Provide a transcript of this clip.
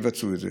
שיבצעו את זה.